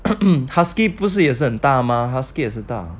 husky 不是也是很大吗 husky 也很大